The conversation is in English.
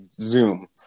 Zoom